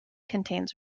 contains